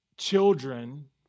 children